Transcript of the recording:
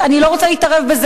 אני לא רוצה להתערב בזה.